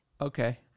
Okay